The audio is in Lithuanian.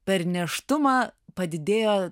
per nėštumą padidėjo